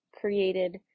created